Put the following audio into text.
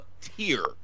tier